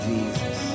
Jesus